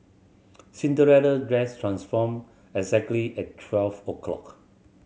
Cinderella dress transformed exactly at twelve o'clock